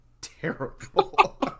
terrible